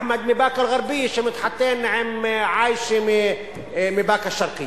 אחמד מבאקה-אל-ע'רביה שמתחתן עם עיישה מבאקה-אל-שרקיה.